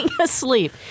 asleep